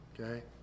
okay